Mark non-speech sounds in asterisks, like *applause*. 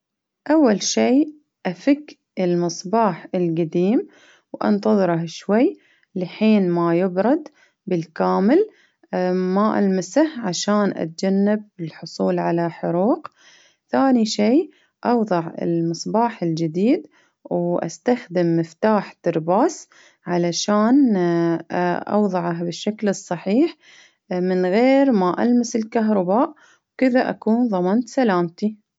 أول شيء أفك المصباح القديم، وأنتظره شوي لحين ما يبرد بالكامل، ما ألمسه عشان أتجنب الحصول على حروق ،ثاني شي أوضع المصباح الجديد، وأستخدم مفتاح علشان *hesitation* أوظعه بالشكل الصحيح، من غير ما ألمس الكهرباء كذا أكون ظمنت سلامتي.